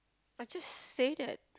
I just say that